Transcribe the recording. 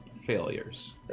Failures